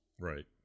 Right